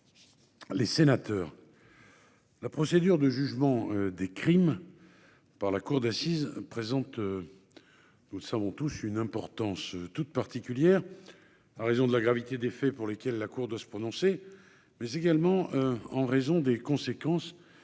les sénateurs, la procédure de jugement des crimes par la cour d'assises présente, nous le savons tous une importance toute particulière, à raison de la gravité des faits pour lesquels la Cour de se prononcer, mais également en raison des conséquences